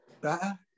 better